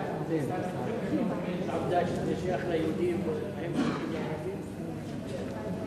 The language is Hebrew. יכול להיות שאתה מתכוון לעובדה שזה שייך ליהודים וזה שייך לערבים?